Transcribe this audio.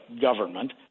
government